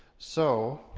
so.